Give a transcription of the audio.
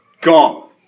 gone